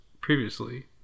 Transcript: previously